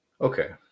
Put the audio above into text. Okay